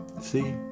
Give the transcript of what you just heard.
See